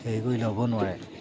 হেৰি কৰি ল'ব নোৱাৰে